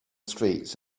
streets